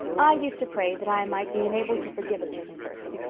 i used to pray that i might be enabled to forgive a certain person,